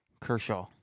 Kershaw